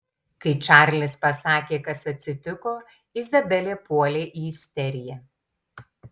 kai čarlis pasakė kas atsitiko izabelė puolė į isteriją